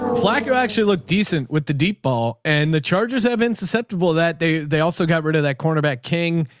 plaque. you actually look decent with the deep ball and the chargers have been susceptible that they they also got rid of that cornerback king.